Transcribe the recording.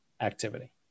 activity